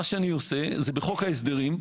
מה שאני עושה זה בחוק ההסדרים,